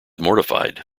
mortified